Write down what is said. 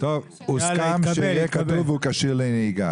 הוסכם שיהיה כתוב " הוא כשיר לנהיגה".